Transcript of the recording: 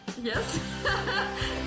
Yes